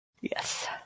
Yes